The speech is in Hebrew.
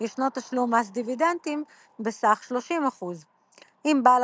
ישנו תשלום מס דיבידנדים בסך 30%. אם בעל